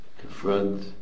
confront